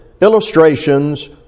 illustrations